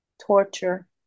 torture